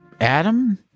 Adam